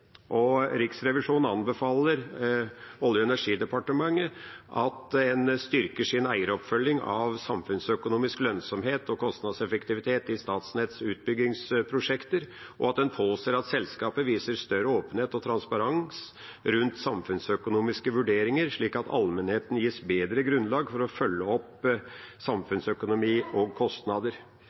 Riksrevisjonen anbefaler Olje- og energidepartementet at en styrker sin eieroppfølging av samfunnsøkonomisk lønnsomhet og kostnadseffektivitet i Statnetts utbyggingsprosjekter, og at en påser at selskapet viser større åpenhet og transparens rundt samfunnsøkonomiske vurderinger, slik at allmennheten gis bedre grunnlag for å følge opp samfunnsøkonomi og kostnader.